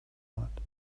not